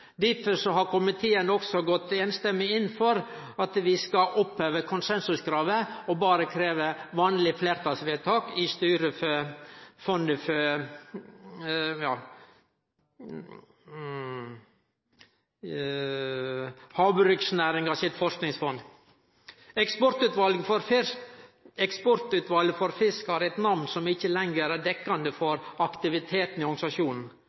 Derfor har komiteen gått samrøystes inn for at vi skal oppheve konsensuskravet og berre krevje vanleg fleirtalsvedtak i styret for Fiskeri- og havbruksnæringa sitt forskingsfond. Eksportutvalet for fisk har eit namn som ikkje lenger er dekkjande for aktiviteten i organisasjonen.